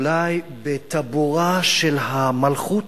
אולי בטבורה של המלכות,